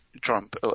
Trump